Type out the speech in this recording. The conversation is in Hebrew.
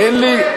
אין לי,